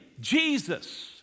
Jesus